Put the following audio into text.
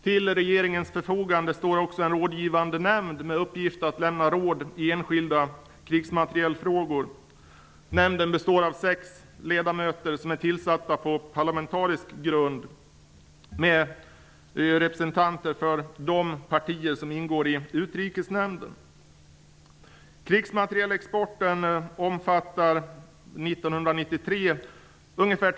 Till regeringens förfogande står också en rådgivande nämnd med uppgift att lämna råd i enskilda krigsmaterielfrågor. Nämnden består av sex ledamöter som är tillsatta på parlamentarisk grund, med representanter för de partier som ingår i Utrikesnämnden.